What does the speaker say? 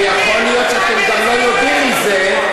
ויכול להיות שאתם גם לא יודעים מזה.